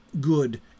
good